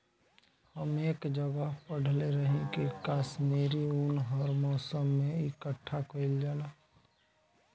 हम एक जगह पढ़ले रही की काश्मीरी उन हर मौसम में इकठ्ठा कइल जाला